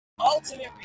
ultimate